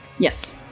Yes